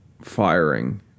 firing